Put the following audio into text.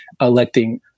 electing